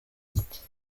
texts